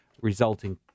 resulting